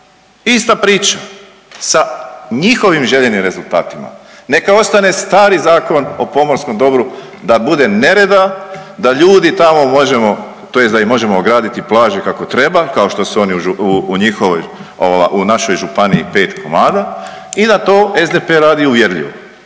Ista priča sa njihovim željenim rezultatima. Neka ostane stari Zakon o pomorskom dobru, da bude nereda, da ljudi tamo možemo tj. da im možemo ograditi plaže kako treba kao što su oni u njihovoj, u našoj županiji 5 komada i da to SDP radi uvjerljivo.